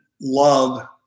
love